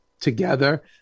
together